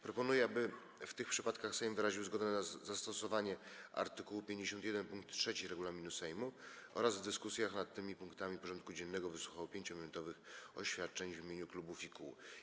Proponuję, aby w tych przypadkach Sejm wyraził zgodę na zastosowanie art. 51 pkt 3 regulaminu Sejmu oraz w dyskusjach nad tymi punktami porządku dziennego wysłuchał 5-minutowych oświadczeń w imieniu klubów i kół.